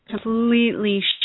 completely